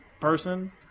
person